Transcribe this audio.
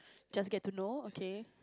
just get to know okay